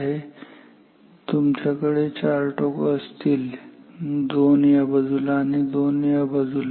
त्यामुळे तुमच्याकडे चार टोकं असतील दोन या बाजूला आणि दोन या बाजूला